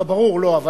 לא, ברור, אבל